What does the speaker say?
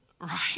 Right